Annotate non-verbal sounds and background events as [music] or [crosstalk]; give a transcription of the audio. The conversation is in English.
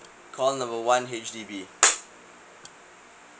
call number one H_D_B [noise]